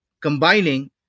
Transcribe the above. combining